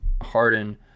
Harden